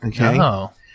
Okay